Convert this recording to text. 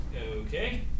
Okay